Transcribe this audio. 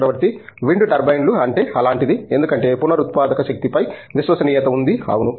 చక్రవర్తి wind టర్బైన్లు అంటే అలాంటిది ఎందుకంటే పునరుత్పాదక శక్తి పై విశ్వసనీయత ఉంది అవును